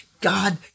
God